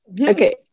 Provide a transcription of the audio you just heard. Okay